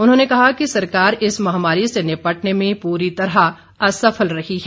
उन्होंने कहा कि सरकार इस महामारी से निपटने में पूरी तरह असफल रही है